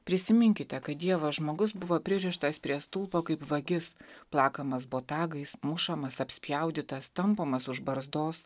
prisiminkite kad dievo žmogus buvo pririštas prie stulpo kaip vagis plakamas botagais mušamas apspjaudytas tampomas už barzdos